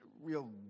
real